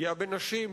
פגיעה בנשים,